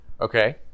Okay